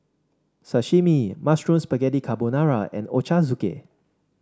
Sashimi Mushroom Spaghetti Carbonara and Ochazuke